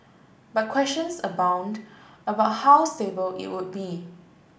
but questions abound about how stable it would be